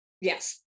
Yes